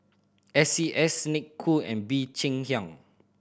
S C S Snek Ku and Bee Cheng Hiang